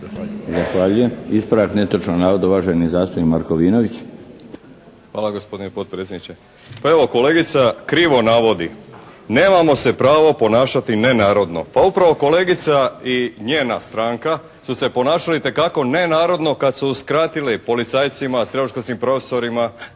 Ispravak netočnog navoda uvaženi zastupnik Markovinović. **Markovinović, Krunoslav (HDZ)** Hvala gospodine potpredsjedniče. Pa evo kolegica krivo navodi. Nemamo se pravo ponašati nenarodno. Pa upravo kolegica i njena stranka su se ponašali itekako nenarodno kad su uskratile policajcima, srednjoškolskim profesorima